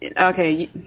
Okay